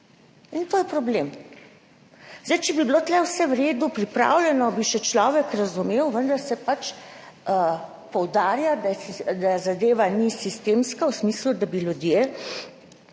To je problem. Če bi bilo tu vse v redu pripravljeno, bi še človek razumel, vendar se poudarja, da zadeva ni sistemska v smislu, da bi ljudje